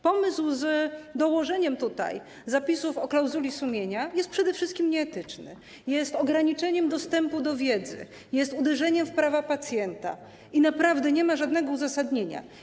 Pomysł z dołożeniem tutaj zapisów o klauzuli sumienia jest przede wszystkim nieetyczny, jest ograniczeniem dostępu do wiedzy, jest uderzeniem w prawa pacjenta i naprawdę nie ma żadnego uzasadnienia.